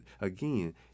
again